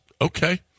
Okay